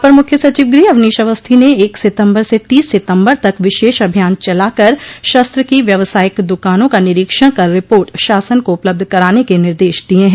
अपर मुख्य सचिव गृह अवनीश अवस्थी ने एक सितम्बर से तीस सितम्बर तक विशेष अभियान चलाकर शस्त्र की व्यवसायिक दुकानों का निरीक्षण कर रिपोर्ट शासन को उपलब्ध कराने के निर्देश दिये हैं